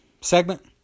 segment